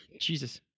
Jesus